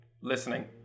Listening